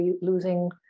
losing